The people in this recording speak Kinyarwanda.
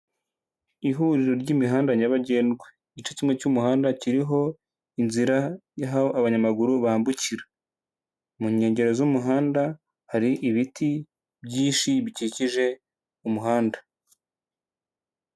Ihuriro ry'imihanda nyabagendwa, igice kimwe cy'umuhanda kiriho inzira y'aho abanyamaguru bambukira, mu nkengero z'umuhanda hari ibiti byinshi bikikije umuhanda.